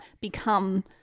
become